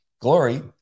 Glory